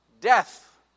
death